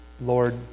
Lord